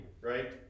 right